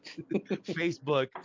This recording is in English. Facebook